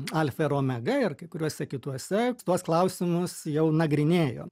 alfa ir omega ir kai kuriuose kituose tuos klausimus jau nagrinėjo